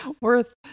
worth